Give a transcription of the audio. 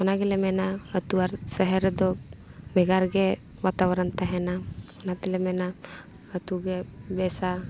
ᱚᱱᱟ ᱜᱮᱞᱮ ᱢᱮᱱᱟ ᱟᱛᱳ ᱟᱨ ᱥᱟᱦᱟᱨ ᱨᱮᱫᱚ ᱵᱷᱮᱜᱟᱨ ᱜᱮ ᱵᱟᱛᱟᱵᱟᱨᱚᱱ ᱛᱟᱦᱮᱱᱟ ᱚᱱᱟ ᱛᱮᱞᱮ ᱢᱮᱱᱟ ᱟᱛᱳ ᱜᱮ ᱵᱮᱥᱟ